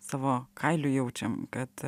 savo kailiu jaučiam kad